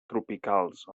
tropicals